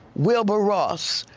wilbur ross,